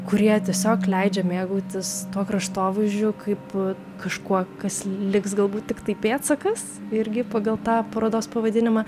kurie tiesiog leidžia mėgautis tuo kraštovaizdžiu kaip kažkuo kas liks galbūt tiktai pėdsakas irgi pagal tą parodos pavadinimą